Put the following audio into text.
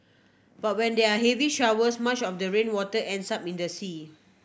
but when there are heavy showers much of the rainwater ends up in the sea